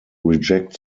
reject